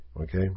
Okay